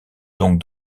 donc